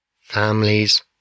families